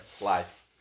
Life